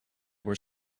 were